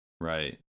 right